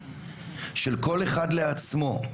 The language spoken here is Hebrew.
של כל אחד לעצמו,